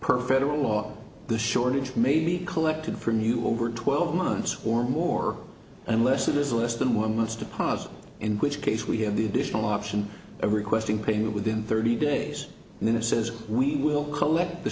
per federal law the shortage may be collected from you over twelve months or more unless it is less than one month's deposit in which case we have the additional option of requesting payment within thirty days and then it says we will collect the